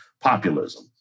populism